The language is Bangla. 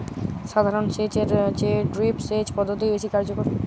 সাধারণ সেচ এর চেয়ে ড্রিপ সেচ পদ্ধতি বেশি কার্যকর